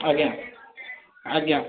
ଆଜ୍ଞା ଆଜ୍ଞା